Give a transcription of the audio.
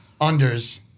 Unders